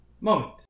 moment